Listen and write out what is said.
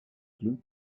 blue